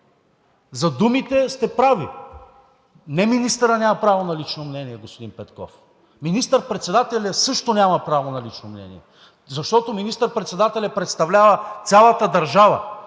за думите сте прави. Не министърът няма право на лично мнение, господин Петков, министър-председателят също няма право на лично мнение, защото министър-председателят представлява цялата държава